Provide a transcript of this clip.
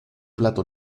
plato